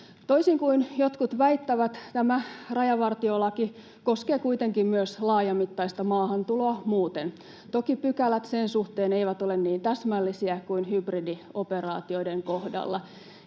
Toisin kuin jotkut väittävät, tämä rajavartiolaki koskee kuitenkin myös laajamittaista maahantuloa muuten — toki pykälät sen suhteen eivät ole niin täsmällisiä kuin hybridioperaatioiden kohdalla